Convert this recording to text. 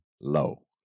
low